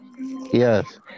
Yes